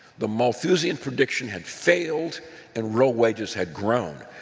the malthusian prediction had failed and real wages had grown,